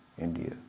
India